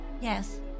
Yes